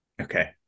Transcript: Okay